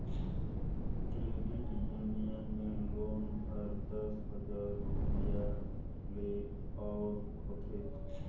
credit union में loan हर दस हजार रूपिया ले ओर होथे